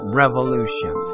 revolution